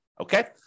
Okay